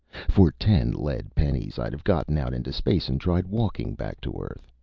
for ten lead pennies, i'd have gotten out into space and tried walking back to earth.